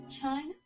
China